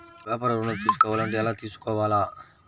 వ్యాపార ఋణం తీసుకోవాలంటే ఎలా తీసుకోవాలా?